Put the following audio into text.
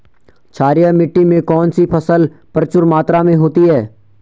क्षारीय मिट्टी में कौन सी फसल प्रचुर मात्रा में होती है?